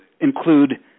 include